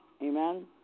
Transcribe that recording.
Amen